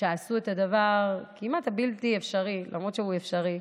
שעשו את הדבר הכמעט בלתי אפשרי, למרות שהוא אפשרי,